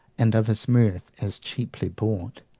and of his mirth as cheaply bought.